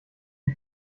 die